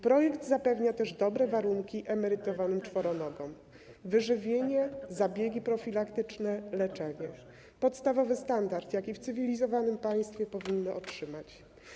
Projekt zapewnia też dobre warunki emerytowanym czworonogom: wyżywienie, zabiegi profilaktyczne, leczenie, podstawowy standard, jaki w cywilizowanym państwie powinny otrzymać.